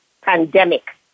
pandemic